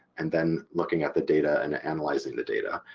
and then looking at the data and analyzing the data.